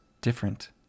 different